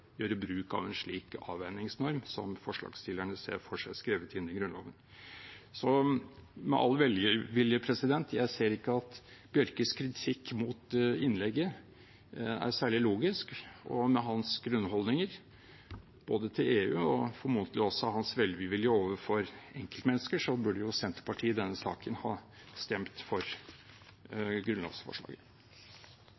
gjøre bruk av en slik avveiningsnorm som forslagsstillerne ser for seg skrevet inn i Grunnloven. Med all velvilje: Jeg ser ikke at Bjørkes kritikk mot innlegget er særlig logisk, og med hans grunnholdninger til EU, og formodentlig også hans velvilje overfor enkeltmennesker, burde jo Senterpartiet i denne saken stemt for